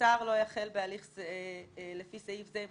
"השר לא יחל בהליך לפי סעיף זה אם